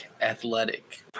athletic